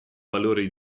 valori